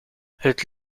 het